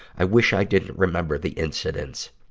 i wish i didn't remember the incidents.